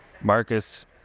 Marcus